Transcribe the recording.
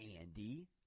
Andy